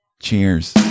Cheers